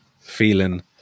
feeling